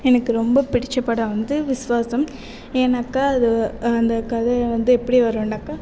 எனக்கு ரொம்ப பிடித்த படம் வந்து விஸ்வாசம் ஏன்னாக்கால் அது அந்த கதை வந்து எப்படி வருனாக்கால் இப்போது